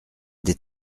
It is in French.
des